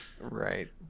right